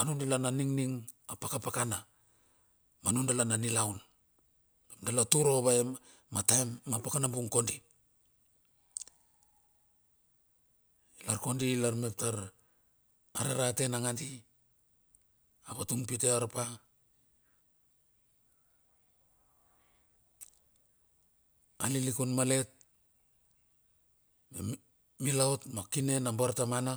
anumila na ningning a pakapakana. Ma nudala na nilaun. Dala tar ovae ma taem ma pa kanabung kodi, ilar kodi lar mep tar a rarate nangadi. Avatung pitearpa. A lilikun malet mila ot ma kine na bartamana.